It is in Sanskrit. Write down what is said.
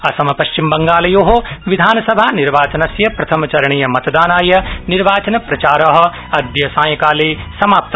असम पश्चिम बंगालयो विधानसभा निर्वाचनस्य प्रथमचरणीय मतदानाय निर्वाचनप्रचार अदय सायंकाले समाप्त